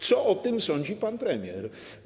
Co o tym sądzi pan premier?